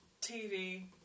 TV